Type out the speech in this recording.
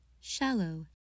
shallow